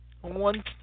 one